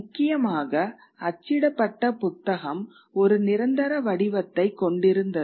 முக்கியமாக அச்சிடப்பட்ட புத்தகம் ஒரு நிரந்தர வடிவத்தை கொண்டிருந்தது